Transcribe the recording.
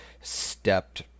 stepped